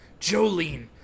Jolene